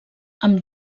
amb